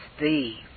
thee